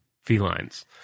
felines